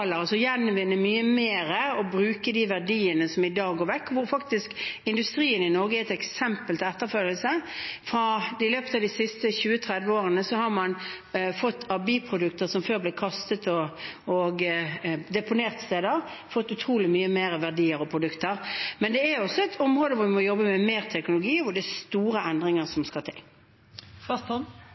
verdiene som i dag går bort, og der er faktisk industrien i Norge et eksempel til etterfølgelse. I løpet av de siste 20–30 årene har man av biprodukter som før ble kastet og deponert steder, fått utrolig mye mer verdier og produkter. Men det er også et område hvor vi må jobbe med mer teknologi, og det er store endringer som skal